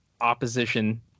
opposition